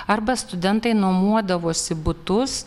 arba studentai nuomodavosi butus